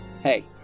Hey